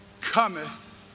cometh